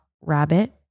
rabbit